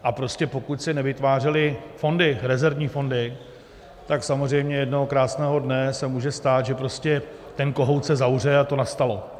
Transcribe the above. A prostě pokud se nevytvářely fondy, rezervní fondy, tak samozřejmě jednoho krásného dne se může stát, že prostě ten kohout se zavře, a to nastalo.